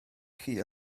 chi